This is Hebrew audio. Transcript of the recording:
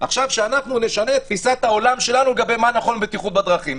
שאנחנו עכשיו נשנה את תפיסת העולם שלנו לגבי מה נכון לבטיחות בדרכים.